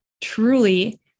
truly